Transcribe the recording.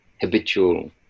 habitual